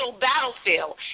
battlefield